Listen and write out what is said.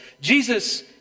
Jesus